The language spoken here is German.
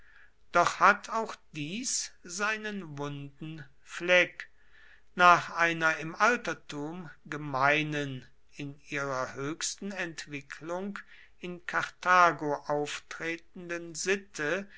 doch hat auch dies seinen wunden fleck nach einer im ganzen altertum gemeinen in ihrer höchsten entwicklung in karthago auftretenden sitte